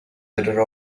better